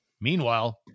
Meanwhile